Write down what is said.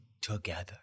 together